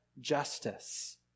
justice